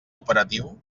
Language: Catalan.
operatiu